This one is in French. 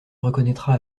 reconnaîtra